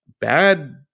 bad